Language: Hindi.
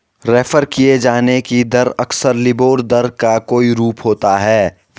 रेफर किये जाने की दर अक्सर लिबोर दर का कोई रूप होता है